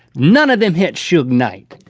none of them hit suge knight.